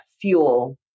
fuel